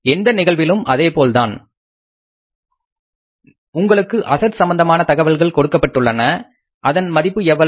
எந்த நிகழ்விலும் அதேபோல்தான் உங்களுக்கு அசட்ஸ் சம்பந்தமான தகவல்கள் கொடுக்கப்பட்டுள்ளன அதன் மதிப்பு எவ்வளவு